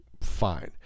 fine